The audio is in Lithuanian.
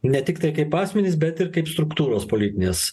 ne tiktai kaip asmenys bet ir kaip struktūros politinės